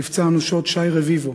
נפצע אנושות שי רביבו,